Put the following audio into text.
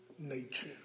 nature